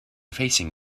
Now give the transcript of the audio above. facing